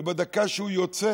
ובדקה שהוא יוצא